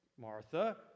Martha